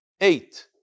eight